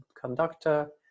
conductor